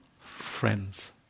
friends